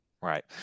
Right